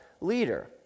leader